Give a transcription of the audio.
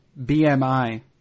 BMI